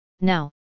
now